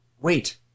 Wait